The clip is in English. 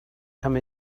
come